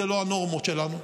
זה לא הנורמות שלנו,